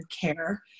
care